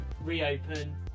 reopen